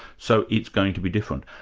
so it's going to be different,